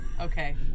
Okay